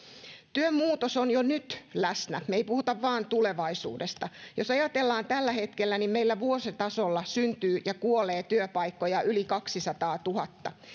työn muutos on jo nyt läsnä me emme puhu vain tulevaisuudesta jos ajatellaan tällä hetkellä niin meillä vuositasolla syntyy ja kuolee työpaikkoja yli kaksisataatuhatta